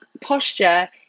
Posture